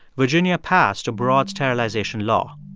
virginia passed a broad sterilization law.